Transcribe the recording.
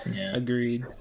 agreed